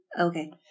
Okay